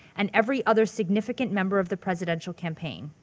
and every other significant member of the presidential campaign.